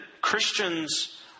Christians